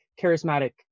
charismatic